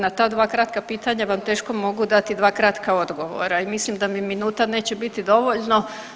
Na ta dva kratka pitanja vam teško mogu dati dva kratka odgovora i mislim da mi minuta neće biti dovoljno.